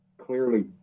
clearly